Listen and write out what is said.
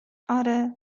آره